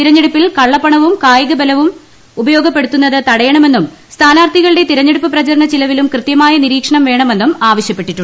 തിരഞ്ഞെടുപ്പിൽ കള്ളപ്പണവും കായികബലവും ഉപയോഗപ്പെടുത്തുന്നത് തടയണമെന്നും സ്ഥാനാർത്ഥികളുടെ തിരഞ്ഞെടുപ്പ് പ്രചരണ ചിലവിലും കൃത്യമായ നിരീക്ഷണം വേണമെന്നും ആവശ്യൂർപ്പട്ടിട്ടുണ്ട്